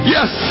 Yes